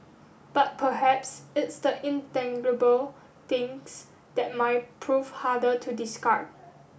but perhaps it's the intangible things that might prove harder to discard